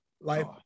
Life